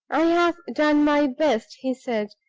i have done my best, he said,